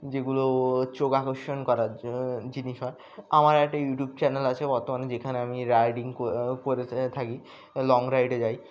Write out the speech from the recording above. যেগুলো চোখ আকর্ষণ করার জিনিস হয় আমার একটা ইউটিউব চ্যানেল আছে বর্তমানে যেখানে আমি রাইডিং করে থাকি লং রাইডে যাই